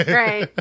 right